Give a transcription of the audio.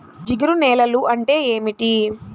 జిగురు నేలలు అంటే ఏమిటీ?